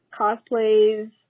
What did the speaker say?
cosplays